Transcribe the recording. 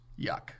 Yuck